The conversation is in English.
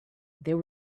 there